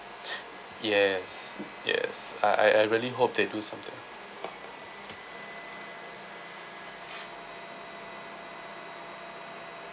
yes yes I I I really hope they do something